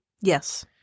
Yes